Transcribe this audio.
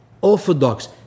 orthodox